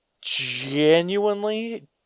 genuinely